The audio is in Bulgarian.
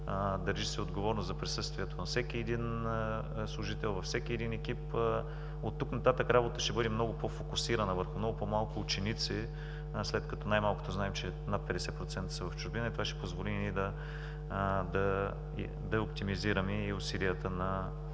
държи се отговорност за присъствието на всеки един служител във всеки един екип. От тук нататък работата ще бъде много по-фокусирана, върху много по-малко ученици, след като най-малкото знаем, че над 50% са в чужбина и това ще позволи ние да оптимизираме и усилията на